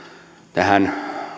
tähän